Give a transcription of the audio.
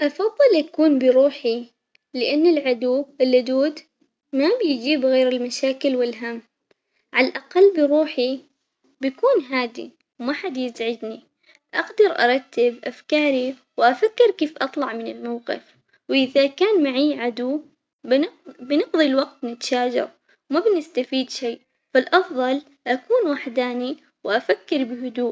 أفضل أكون بروحي لأن العدو اللدود ما بيجيب غير المشاكل والهم، عالأقل بروحي بكون هادي وما حد يزعجني، أقدر أرتب أفكاري وأفكر كيف أطلع من الموقف، وإذا كان معي عدو بن- بنقضي الوقت نتشاجر ما بنستفيد شي، فالأفضل أكون وحداني وأفكر بهدوء.